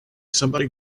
somebody